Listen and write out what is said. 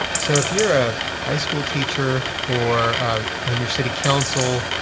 so if you're a high school teacher, or on your city council,